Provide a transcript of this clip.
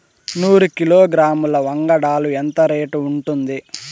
నూరు కిలోగ్రాముల వంగడాలు ఎంత రేటు ఉంటుంది?